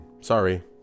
Sorry